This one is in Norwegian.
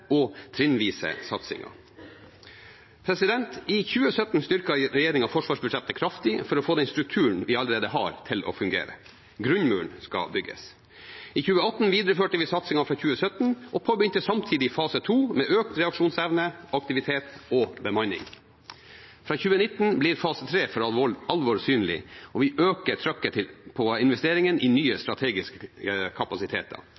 og trinnvise satsingen. I 2017 styrket regjeringen forsvarsbudsjettet kraftig for å få den strukturen vi allerede har, til å fungere. Grunnmuren skal bygges. I 2018 videreførte vi satsingen fra 2017 og påbegynte samtidig fase 2, med økt reaksjonsevne, aktivitet og bemanning. Fra 2019 blir fase 3 for alvor synlig, og vi øker trykket på investeringene i nye strategiske kapasiteter.